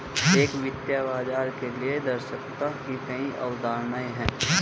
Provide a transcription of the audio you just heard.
एक वित्तीय बाजार के लिए दक्षता की कई अवधारणाएं हैं